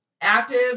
active